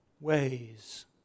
ways